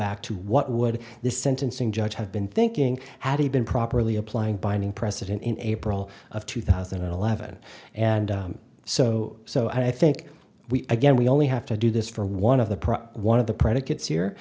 back to what would the sentencing judge have been thinking had he been properly applying binding precedent in april of two thousand and eleven and so so i think we again we only have to do this for one of the press one of the predicates here